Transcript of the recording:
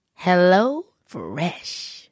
HelloFresh